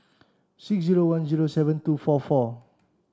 six zero one zero seven two four four